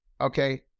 Okay